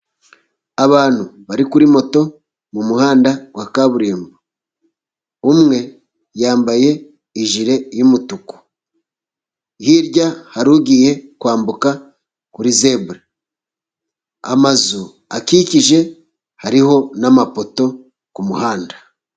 Abantu bari kuri moto mu muhanda wa kaburimbo. Umwe yambaye ijire y'umutuku. Hirya hari ugiye kwambuka kuri zebura, amazu akikije hariho n'amapoto ku muhanda.